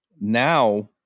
now